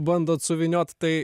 bandot suvyniot tai